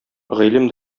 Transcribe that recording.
гыйлем